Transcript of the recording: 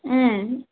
उम्